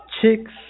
Chicks